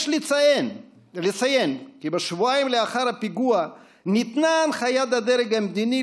יש לציין כי כשבועיים לאחר הפיגוע ניתנה הנחיית הדרג המדיני,